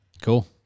cool